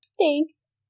Thanks